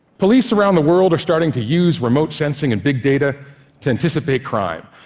police around the world are starting to use remote sensing and big data to anticipate crime.